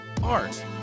art